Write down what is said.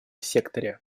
секторе